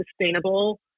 sustainable